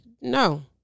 No